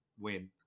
win